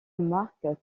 marque